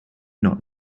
not